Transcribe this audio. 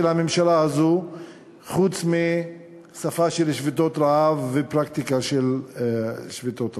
הממשלה הזאת חוץ מאשר בשפה של שביתות רעב ופרקטיקה של שביתות רעב.